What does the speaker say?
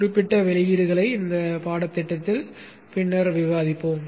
குறிப்பிட்ட வெளியீடுகளை இந்த பாடத்திட்டத்தில் பின்னர் விவாதிப்போம்